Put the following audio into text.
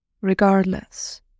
regardless